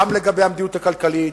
גם לגבי המדיניות הכלכלית,